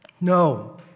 No